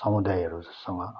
समुदायहरूसँग